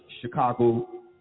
Chicago